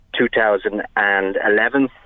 2011